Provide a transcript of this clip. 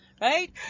right